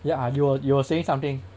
yeah you were you were saying something